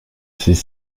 sais